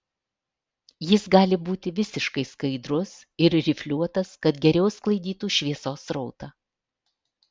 jis gali būti ir visiškai skaidrus ir rifliuotas kad geriau sklaidytų šviesos srautą